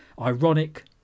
Ironic